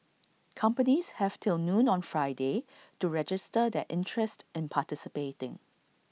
companies have till noon on Friday to register their interest in participating